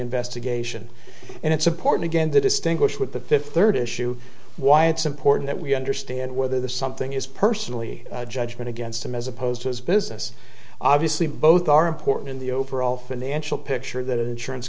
investigation and it's important again to distinguish what the fifth third issue why it's important that we understand whether the something is personally judgment against him as opposed to his business obviously both are important in the overall financial picture that insurance